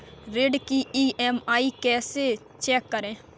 ऋण की ई.एम.आई कैसे चेक करें?